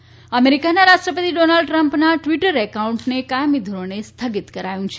Trump Twitter અમેરિકાના રાષ્ટ્રપતિ Donald ટ્રમ્પના ટ્વીટર એકાઉન્ટને કાયમી ધોરણે સ્થગિત કરાયું છે